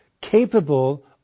capable